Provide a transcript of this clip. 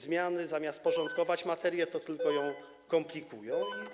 Zmiany, zamiast porządkować materię, tylko ją komplikują.